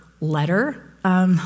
letter